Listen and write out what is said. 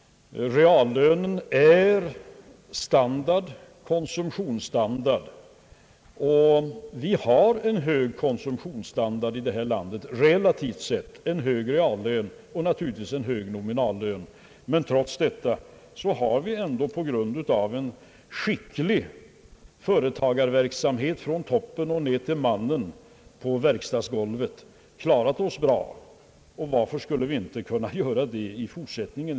Reallönen är standard, konsumtionsstandard, och vi har en hög konsumtionsstandard i detta land relativt sett — en hög reallön och naturligtvis en hög nominallön; men trots detta har vi, tack vare skickliga insatser från företagstoppen ner till mannen på verkstadsgolvet, klarat oss bra. Och varför skulle vi inte kunna göra det i fort sättningen?